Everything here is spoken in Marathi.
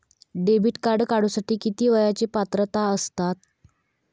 डेबिट कार्ड काढूसाठी किती वयाची पात्रता असतात?